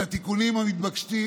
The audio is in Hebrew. את התיקונים המתבקשים,